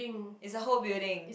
is a whole building